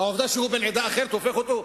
העובדה שהוא בן עדה אחרת הופכת אותו,